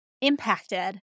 impacted